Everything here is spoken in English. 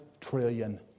trillion